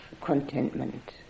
contentment